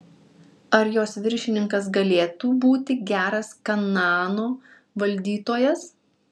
ar jos viršininkas galėtų būti geras kanaano valdytojas